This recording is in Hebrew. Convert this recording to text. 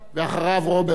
רוברט טיבייב,